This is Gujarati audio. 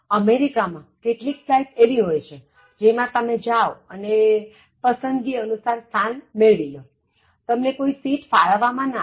અમેરિકામાંકેટલીક ફ્લાઇટ એવી હોય છેજેમાં તમે જાવ અને પસંદગી અનુસાર સ્થાન મેળવી લો તમને કોઇ સિટ ફાળવવામાં ન આવે